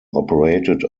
operated